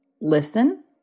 Listen